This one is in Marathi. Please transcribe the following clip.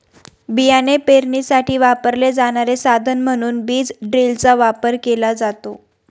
बियाणे पेरणीसाठी वापरले जाणारे साधन म्हणून बीज ड्रिलचा वापर केला जातो